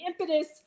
impetus